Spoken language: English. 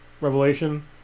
revelation